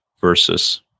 versus